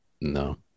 no